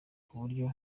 kuburyo